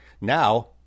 Now